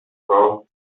wrong